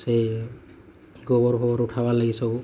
ସେ ଗୋବର ଫୋବର ଉଠାବାର୍ ଲାଗି ସବୁ